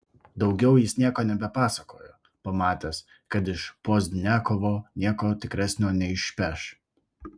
daugiau jis nieko nebepasakojo pamatęs kad iš pozdniakovo nieko tikresnio neišpeš